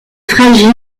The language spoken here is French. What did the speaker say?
fragile